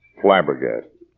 flabbergasted